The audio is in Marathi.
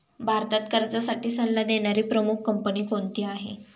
भारतात कर्जासाठी सल्ला देणारी प्रमुख कंपनी कोणती आहे?